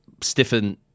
stiffen